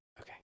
Okay